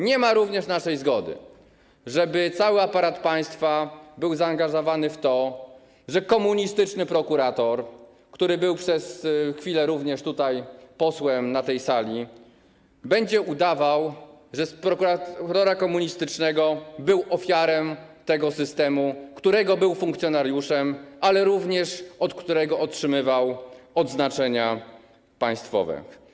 Nie ma również naszej zgody na to, żeby cały aparat państwa był zaangażowany w to, że komunistyczny prokurator, który był przez chwilę również posłem na tej sali, będzie udawał, że jako prokurator komunistyczny był ofiarą tego systemu, którego był funkcjonariuszem, ale również od którego otrzymywał odznaczenia państwowe.